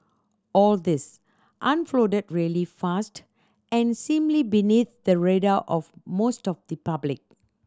all this unfolded really fast and seemingly beneath the radar of most of the public